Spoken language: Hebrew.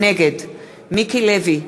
נגד מיקי לוי,